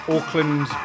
Auckland